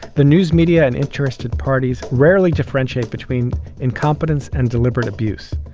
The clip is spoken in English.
the news media and interested parties rarely differentiate between incompetence and deliberate abuse,